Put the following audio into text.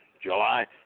July